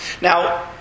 Now